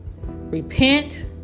Repent